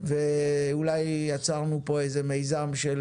ואולי יצרנו פה איזה מיזם של